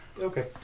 Okay